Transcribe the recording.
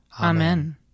Amen